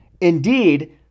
Indeed